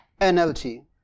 NLT